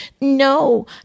No